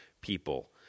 people